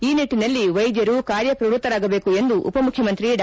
ಈ ನಿಟ್ಟಿನಲ್ಲಿ ವೈದ್ಯರು ಕಾರ್ಯ ಪ್ರವೃತ್ತರಾಗಬೇಕು ಎಂದು ಉಪ ಮುಖ್ಯಮಂತ್ರಿ ಡಾ